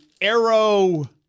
arrow